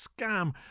scam